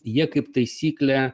jie kaip taisyklė